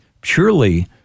Purely